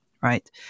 right